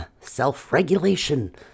self-regulation